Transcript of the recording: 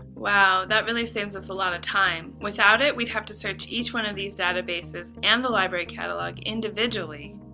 wow that really saves us a lot of time. without it, we'd have to search each one of these databases and the library catalog individually.